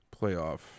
playoff